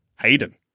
Hayden